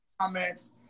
comments